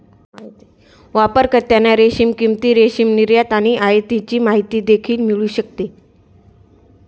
वापरकर्त्यांना रेशीम किंमती, रेशीम निर्यात आणि आयातीची माहिती देखील मिळू शकते